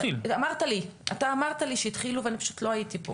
אתה אמרת לי שהתחילו, ואני פשוט לא הייתי פה.